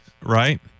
Right